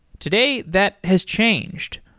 today, that has changed.